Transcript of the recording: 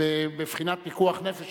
בבחינת פיקוח נפש,